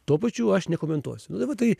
tuo pačiu aš nekomentuosiu nu tai va tai